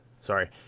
Sorry